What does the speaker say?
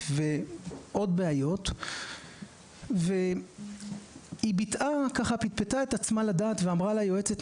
ועוד בעיות והיא ביטאה ככה פטפטה את עצמה לדעת ואמרה ליועצת,